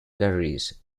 carries